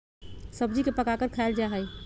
सब्जी के पकाकर खायल जा हई